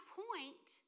point